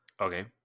Okay